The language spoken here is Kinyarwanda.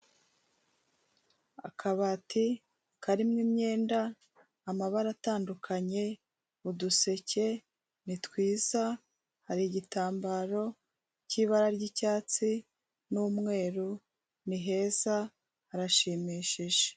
Akabati karimo imyenda amabara atandukanye, uduseke ni twiza, hari igitambaro cy'ibara ry'icyatsi n'umweru, ni heza harashimishije.